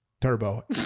turbo